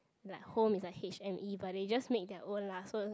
like home is like H_M_E but they just made their own lah so